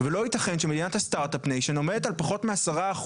ולא ייתכן שמדינת הסטרטאפ ניישין עומדת על פחות מ-10%,